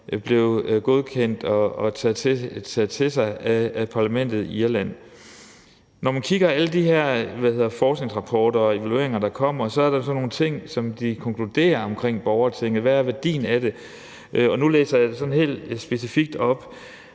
blev godkendt og taget til sig af parlamentet i Irland. Kl. 17:58 Når man kigger i alle de her forskningsrapporter og evalueringer, der kommer, er der nogle ting, de konkluderer omkring borgertinget, og hvad værdien af det er. Nu læser jeg det helt specifikt op.